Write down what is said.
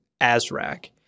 Azrak